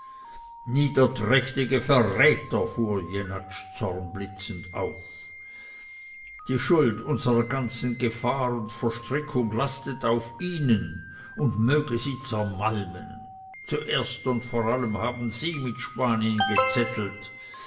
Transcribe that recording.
niederträchtige verräter fuhr jenatsch zornblitzend auf die schuld unserer ganzen gefahr und verstrickung lastet auf ihnen und möge sie zermalmen zuerst und vor allen haben sie mit spanien gezettelt